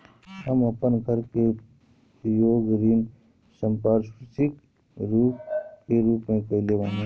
हम अपन घर के उपयोग ऋण संपार्श्विक के रूप में कईले बानी